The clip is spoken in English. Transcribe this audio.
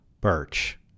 Birch